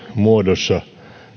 muodossa